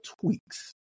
tweaks